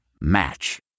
Match